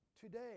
today